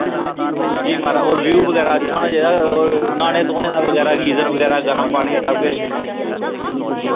जी माराज और व्यू बगैरा अच्छा होना चाहिदा न्हाने धोने दा बगैरा गीजर बगैरा गर्म पानी सब किश